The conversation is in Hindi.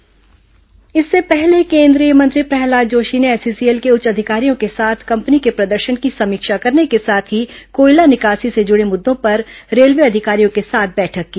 केंद्रीय मंत्री समीक्षा इससे पहले केंद्रीय मंत्री प्रहलाद जोशी ने एसईसीएल के उच्च अधिकारियों के साथ कंपनी के प्रदर्शन की समीक्षा करने के साथ ही कोयला निकासी से जुड़े मुद्दों पर रेलवे अधिकारियों के साथ बैठक की